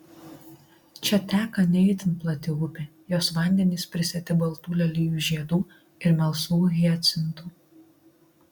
čia teka ne itin plati upė jos vandenys prisėti baltų lelijų žiedų ir melsvų hiacintų